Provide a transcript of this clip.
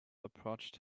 approached